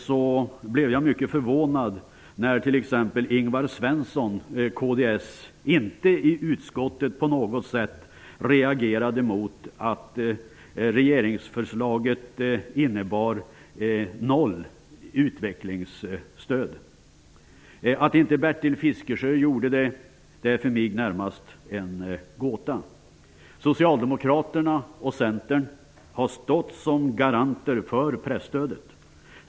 Jag blev mycket förvånad när t.ex. Ingvar Svensson från kds inte i utskottet på något sätt reagerade emot att regeringsförslaget innebar noll i utvecklingsstöd. Att inte Bertil Fiskesjö reagerade är för mig närmast en gåta. Socialdemokraterna och Centern har stått som garanter för presstödet.